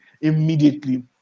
immediately